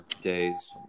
days